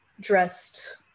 dressed